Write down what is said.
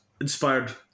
inspired